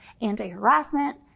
anti-harassment